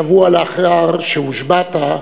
שבוע לאחר שהושבעת,